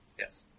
Yes